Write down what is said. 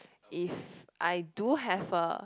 if I do have a